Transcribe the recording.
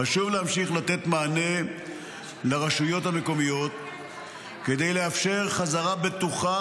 חשוב להמשיך לתת מענה לרשויות המקומיות כדי לאפשר חזרה בטוחה